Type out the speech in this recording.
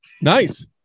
Nice